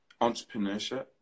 entrepreneurship